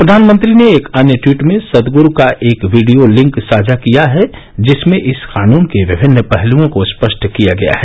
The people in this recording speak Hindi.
प्रधानमंत्री ने एक अन्य ट्वीट में सदगुरू का एक वीडियो लिंक साझा किया है जिसमें इस कानून के विभिन्न पहलुओं को स्पष्ट किया गया है